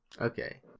Okay